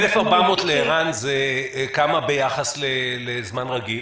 1,400 פניות לער"ן, כמה זה ביחס לזמן רגיל?